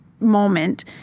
moment